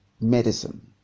medicine